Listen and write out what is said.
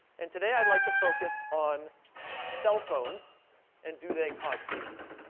and today i'd like to focus on cell phones and do they cause cancer?